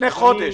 לפני חודש.